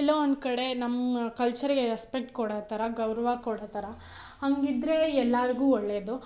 ಎಲ್ಲೋ ಒಂದು ಕಡೆ ನಮ್ಮ ಕಲ್ಚರ್ಗೆ ರೆಸ್ಪೆಕ್ಟ್ ಕೊಡೋ ಥರ ಗೌರವ ಕೊಡೋ ಥರ ಹಂಗಿದ್ರೆ ಎಲ್ಲರ್ಗೂ ಒಳ್ಳೆಯದು